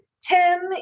tim